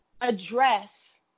address